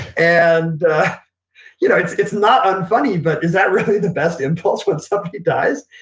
and you know it's it's not unfunny but is that really the best impulse when somebody dies?